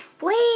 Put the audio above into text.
Wait